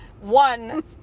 One